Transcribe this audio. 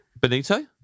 Benito